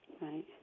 Right